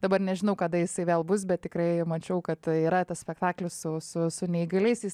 dabar nežinau kada jisai vėl bus bet tikrai mačiau kad yra tas spektaklis su su su neįgaliaisiais